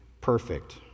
perfect